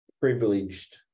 privileged